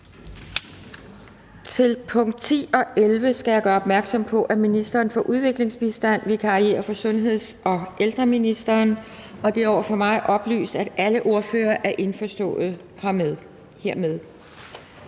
Til punkt 10 og 11 skal jeg gøre opmærksom på, at ministeren for udviklingsbistand vikarierer for sundheds- og ældreministeren. Og det er over for mig oplyst, at alle ordførere er indforstået hermed.